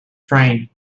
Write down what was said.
train